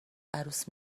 عروس